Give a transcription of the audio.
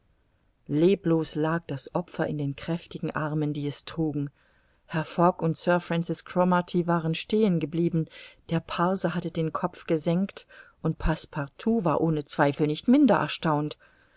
leblos lag das opfer in den kräftigen armen die es trugen herr fogg und sir francis cromarty waren stehen geblieben der parse hatte den kopf gesenkt und passepartout war ohne zweifel nicht minder erstaunt